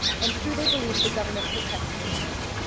and who they believe the government protects the most.